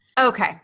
Okay